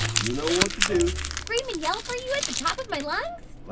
you know what to do scream and yell for you at the top of my lungs?